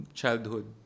childhood